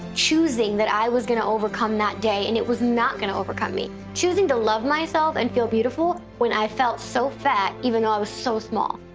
choosing that i was going to overcome that day and it was not going to overcome me. choosing to love myself and feel beautiful, when i felt so fat, even though i was so small.